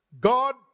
God